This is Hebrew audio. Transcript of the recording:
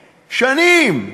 שנים,